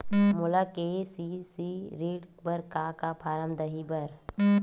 मोला के.सी.सी ऋण बर का का फारम दही बर?